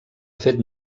fet